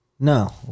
No